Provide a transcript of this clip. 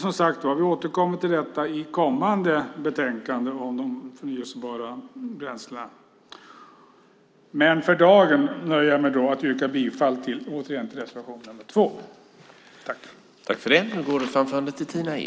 Som sagt återkommer vi till detta i kommande betänkande om de förnybara bränslena. För dagen nöjer jag mig med att yrka bifall till reservation nr 2.